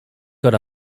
got